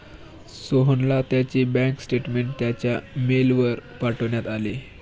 सोहनला त्याचे bank statement त्याच्या मेलवर पाठवण्यात आले